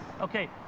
Okay